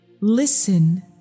Listen